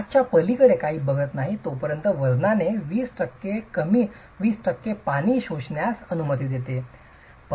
5 च्या पलीकडे काहीही बघत नाही तोपर्यंत वजनाने 20 टक्के पाणी शोषण्यास अनुमती देते